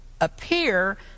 appear